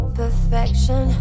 perfection